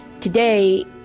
Today